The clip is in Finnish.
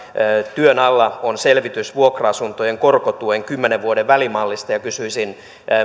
työn alla on selvitys vuokra asuntojen korkotuen kymmenen vuoden välimallista kysyisin